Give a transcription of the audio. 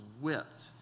whipped